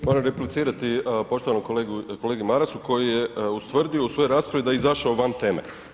Moram replicirati poštovanom kolegi Marasu koji je ustvrdio u svojoj raspravi da je izašao van teme.